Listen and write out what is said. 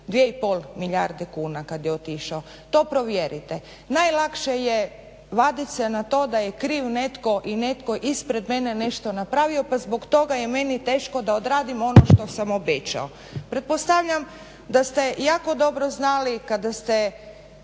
2,5 milijarde kuna kad je otišao. To provjerite. Najlakše je vaditi se na to da je kriv netko i netko ispred mene nešto napravio pa zbog toga je meni teško da odradim ono što sam obećao. Pretpostavljam da ste jako dobro znali kada ste